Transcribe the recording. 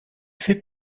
fait